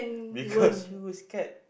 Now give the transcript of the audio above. because you will scared